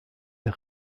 der